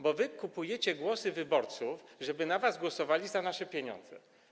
Bo kupujecie głosy wyborców, to, żeby na was głosowali, za nasze pieniądze.